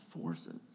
forces